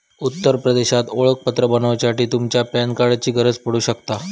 उत्तर प्रदेशचा ओळखपत्र बनवच्यासाठी तुमच्या पॅन कार्डाची गरज पडू शकता